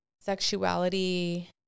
sexuality